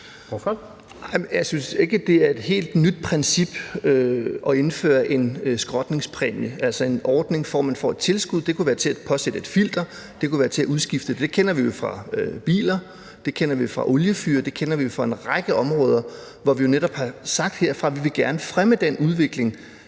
(V): Jeg synes ikke, det er et helt nyt princip at indføre en skrotningspræmie, altså en ordning, hvor man får et tilskud. Det kunne være til at påsætte et filter, det kunne være til at udskifte noget. Det kender vi fra biler, det kender vi fra oliefyr, det kender vi fra en række områder, hvor vi netop har sagt herfra: Vi vil netop gerne fremme den udvikling.